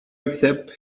accept